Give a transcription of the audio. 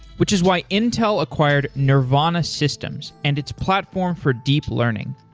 which is why intel acquired nervana systems and its platform for deep learning.